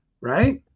right